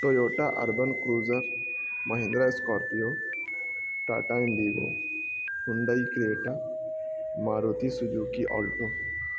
Toyota Urban Cruiser Mahindra Scorpio Tata Indigo Hyundai Creta Maruti Suzuki Alto